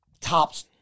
tops